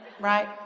right